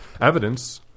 evidence